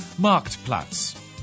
Marktplatz